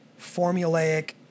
formulaic